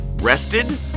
rested